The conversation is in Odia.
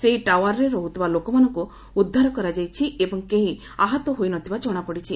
ସେହି ଟାୱାରରେ ରହୁଥିବା ଲୋକମାନଙ୍କୁ ଉଦ୍ଧାର କରାଯାଇଛି ଏବଂ କେହି ଆହତ ହୋଇନଥିବା ଜଣାପଡ଼ିଛି